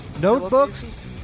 notebooks